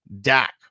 Dak